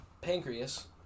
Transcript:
pancreas